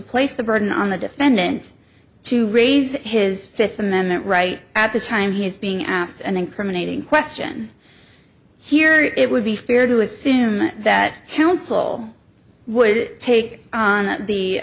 place the burden on the defendant to raise his fifth amendment right at the time he is being asked an incriminating question here it would be fair to assume that counsel would take on the